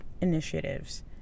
initiatives